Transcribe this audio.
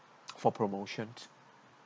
for promotions